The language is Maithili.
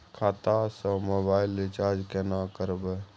खाता स मोबाइल रिचार्ज केना करबे?